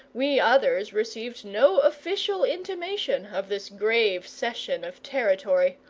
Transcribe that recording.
we others received no official intimation of this grave cession of territory.